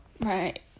Right